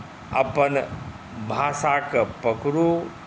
अपन भाषाकेँ पकड़ू